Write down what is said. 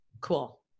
Cool